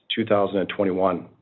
2021